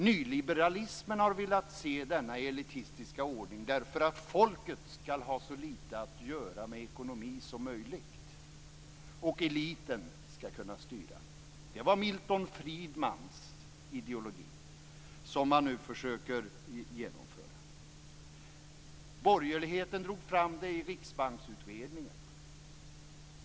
Nyliberalismen har velat se denna elitistiska ordning därför att folket skall ha så litet som möjligt att göra med ekonomin och eliten skall kunna styra. Det var Milton Friedmans ideologi, som man nu försöker genomföra. Borgerligheten drog fram det i Riksbanksutredningen.